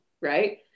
Right